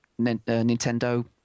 Nintendo